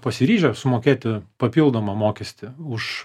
pasiryžę sumokėti papildomą mokestį už